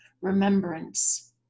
remembrance